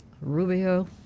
Rubio